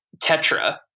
Tetra